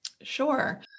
Sure